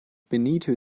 benito